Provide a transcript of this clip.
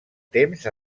temps